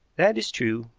that is true.